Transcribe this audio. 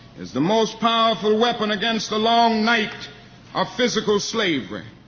is the most powerful weapon against the long night of physical slavery.